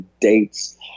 dates